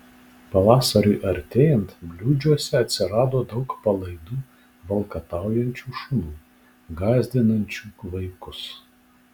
pavasariui artėjant bliūdžiuose atsirado daug palaidų valkataujančių šunų gąsdinančių vaikus